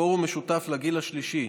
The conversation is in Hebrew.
פורום משותף לגיל השלישי: